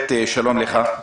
שלום לך,